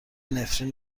نفرین